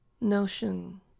notion